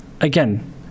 Again